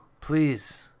please